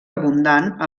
abundant